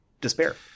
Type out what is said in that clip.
despair